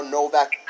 Novak